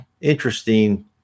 interesting